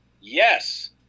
Yes